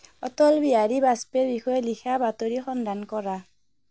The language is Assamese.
অটল বিহাৰী বাজপেয়ীৰ বিষয়ে লিখা বাতৰিৰ সন্ধান কৰা